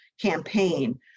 campaign